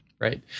Right